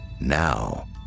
Now